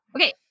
Okay